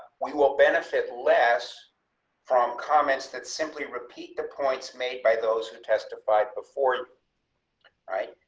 we will benefit less from comments that simply repeat the points made by those who testified before, right.